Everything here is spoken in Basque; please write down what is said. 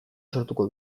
sortuko